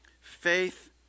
Faith